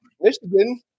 Michigan